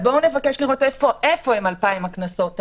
נבקש לראות היכן הוטלו 2,000 הקנסות האלה,